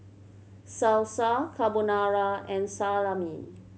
Salsa Carbonara and Salami